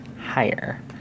higher